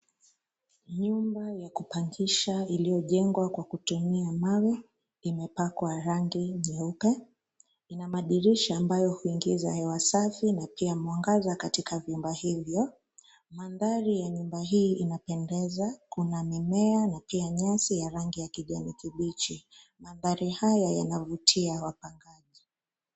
Nyumba ya kupangisha iliyojengwa kwa kutumia mawe, imepakwa rangi nyeupe, ina madirisha ambayo huingiza hewa safi na pia mwangaza katika vyumba hivyo, mandhari ya nyumba hii inapendeza, kuna mimea na pia nyasi ya rangi ya kijani kibichi, mandhari haya yanavutia wapangaji.